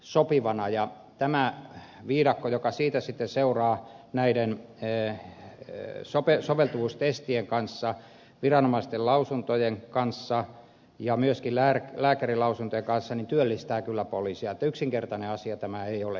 tämä viidakko joka siitä sitten seuraa näiden soveltuvuustestien kanssa viranomaisten lausuntojen kanssa ja myöskin lääkärinlausuntojen kanssa työllistää kyllä poliisia joten yksinkertainen asia tämä ei ole